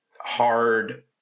hard